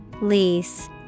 Lease